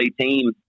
team